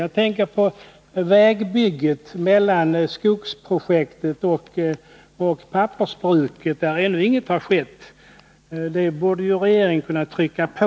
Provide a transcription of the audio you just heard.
Jag tänker på vägbygget mellan skogsprojektet och pappersbruket, där ännu ingenting har skett. På den punkten borde regeringen kunna trycka på.